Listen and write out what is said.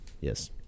Yes